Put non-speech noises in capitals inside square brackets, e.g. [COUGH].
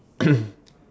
[COUGHS]